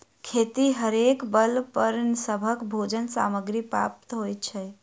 खेतिहरेक बल पर सभक भोजन सामग्री प्राप्त होइत अछि